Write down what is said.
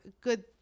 good